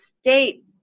state